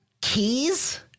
Keys